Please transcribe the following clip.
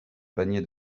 paniers